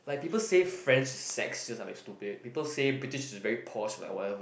like people say French sex are just like stupid people say British is very poised like whatever